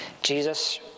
Jesus